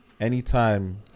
anytime